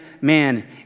man